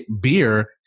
beer